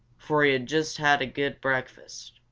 for he had just had a good breakfast.